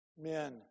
Men